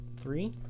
three